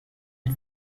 als